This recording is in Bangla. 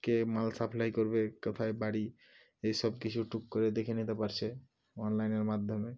কে মাল সাপ্লাই করবে কোথায় বাড়ি এইসব কিছু টুক করে দেখে নিতে পারছে অনলাইনের মাধ্যমে